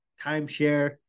timeshare